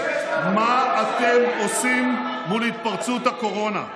מה אתם עושים מול התפרצות הקורונה?